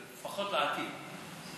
לפחות לעתיד.